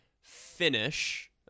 finish